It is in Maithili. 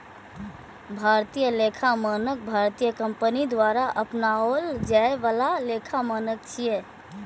भारतीय लेखा मानक भारतीय कंपनी द्वारा अपनाओल जाए बला लेखा मानक छियै